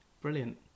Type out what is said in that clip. Brilliant